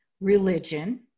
religion